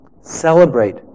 Celebrate